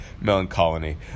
melancholy